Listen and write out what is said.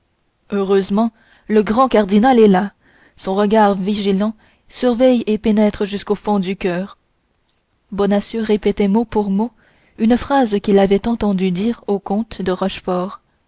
heureusement le grand cardinal est là son regard vigilant surveille et pénètre jusqu'au fond du coeur bonacieux répétait mot pour mot une phrase qu'il avait entendu dire au comte de